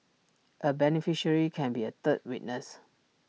A beneficiary can be A third witness